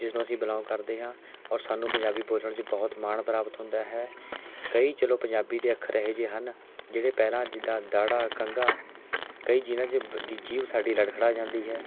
ਜਿਸ ਨੂੰ ਅਸੀਂ ਬਿਲੌਂਗ ਕਰਦੇ ਹਾਂ ਔਰ ਸਾਨੂੰ ਪੰਜਾਬੀ ਬੋਲਣ 'ਚ ਬਹੁਤ ਮਾਣ ਪ੍ਰਾਪਤ ਹੁੰਦਾ ਹੈ ਕਈ ਚਲੋ ਪੰਜਾਬੀ ਦੇ ਅੱਖਰ ਇਹੋ ਜਿਹੇ ਹਨ ਜਿਹੜੇ ਪਹਿਲਾ ਜਿੱਦਾਂ ਦਾੜਾ ਕੱਘਾ ਕਈ ਜਿਨ੍ਹਾਂ 'ਚ ਜੀਭ ਸਾਡੀ ਲੜਖੜਾ ਜਾਂਦੀ ਹੈ